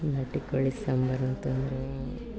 ನಾಟಿ ಕೋಳಿ ಸಾಂಬಾರಂತಂದ್ರೆ